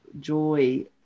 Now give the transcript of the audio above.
joy